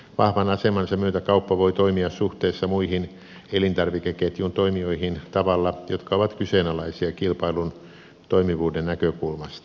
vahvan asemansa myötä kauppa voi toimia suhteessa muihin elintarvikeketjun toimijoihin tavoilla jotka ovat kyseenalaisia kilpai lun toimivuuden näkökulmasta